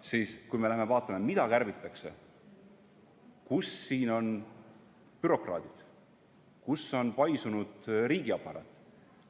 erasektoriga. Aga vaatame, mida kärbitakse. Kus siin on bürokraadid? Kus on paisunud riigiaparaat?